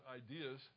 ideas